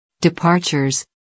Departures